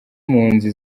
impunzi